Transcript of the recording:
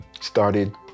started